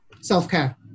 self-care